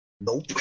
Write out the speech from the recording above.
Nope